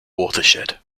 watershed